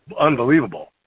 unbelievable